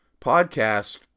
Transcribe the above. podcast